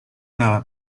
una